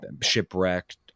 shipwrecked